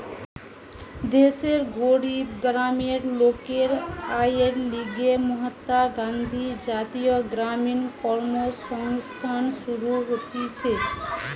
দেশের গরিব গ্রামের লোকের আয়ের লিগে মহাত্মা গান্ধী জাতীয় গ্রামীণ কর্মসংস্থান শুরু হতিছে